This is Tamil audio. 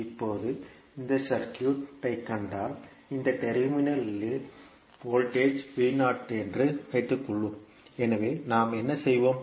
இப்போது இந்த சர்க்யூட் ஐ கண்டால் இந்த டெர்மினல் இன் வோல்டேஜ் என்று வைத்துக் கொள்வோம் எனவே நாம் என்ன செய்வோம்